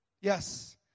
Yes